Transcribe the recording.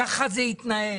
ככה זה התנהל